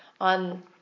on